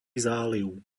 záliv